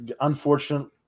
unfortunately